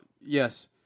Yes